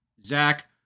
Zach